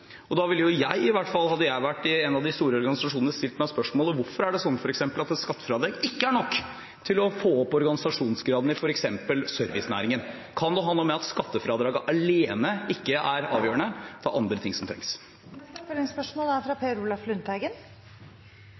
Da ville jeg i hvert fall, hadde jeg vært i en av de store organisasjonene, stilt meg spørsmålet: Hvorfor er det sånn at et skattefradrag ikke er nok til å få opp organisasjonsgraden i f.eks. servicenæringen? Kan det ha noe med at skattefradrag alene ikke er avgjørende, at det er andre ting som trengs? Per Olaf Lundteigen – til oppfølgingsspørsmål. For fagbevegelsen er